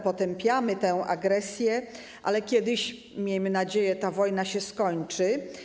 Potępiamy tę agresję, ale kiedyś, miejmy nadzieję, wojna się skończy.